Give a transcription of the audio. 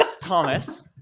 Thomas